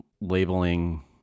labeling